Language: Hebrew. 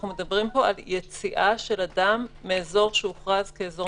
אנחנו מדברים פה על יציאה של אדם מאזור שהוכרז כאזור מוגבל?